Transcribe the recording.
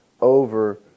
over